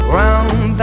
round